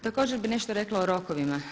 Također bih nešto rekla o rokovima.